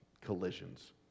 collisions